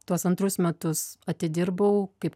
tuos antrus metus atidirbau kaip